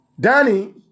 Danny